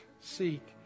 seek